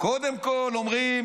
קודם כול, אומרים